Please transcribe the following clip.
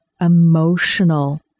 emotional